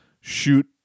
shoot